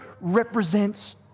represents